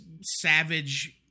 savage